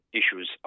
issues